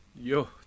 Yo